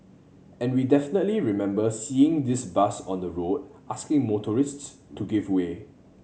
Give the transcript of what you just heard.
and we definitely remembers seeing this bus on the road asking motorists to give way